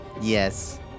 Yes